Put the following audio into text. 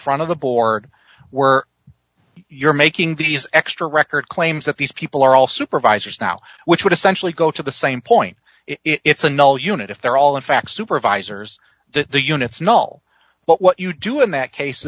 front of the board were you're making these extra record claims that these people are all supervisors now which would essentially go to the same point it's a null unit if they're all in fact supervisors that the units not all but what you do in that case